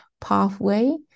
pathway